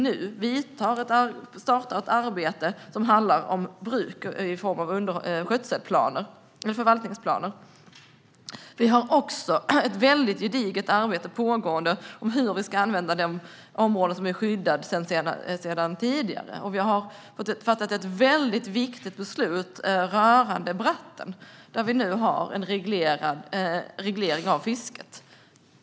Nu startar ett arbete som handlar om bruk i form av förvaltningsplaner. Det pågår också ett gediget arbete om hur vi ska använda de områden som är skyddade sedan tidigare, och vi har fattat ett viktigt beslut rörande Bratten, där fisket nu är reglerat.